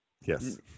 Yes